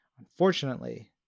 Unfortunately